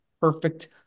perfect